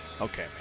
Okay